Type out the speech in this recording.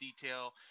detail